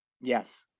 yes